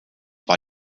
war